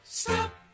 stop